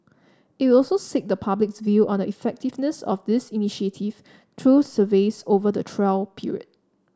it will also seek the public's view on the effectiveness of this initiative through surveys over the trial period